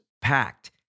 packed